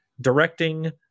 Directing